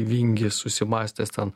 vingis susimąstęs ten